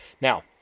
now